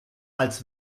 als